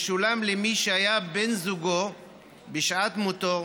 ישולם למי שהיה בן זוגו בשעת מותו,